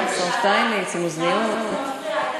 השר שטייניץ עם אוזניות,